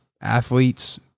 athletes